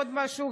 עוד משהו,